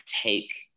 take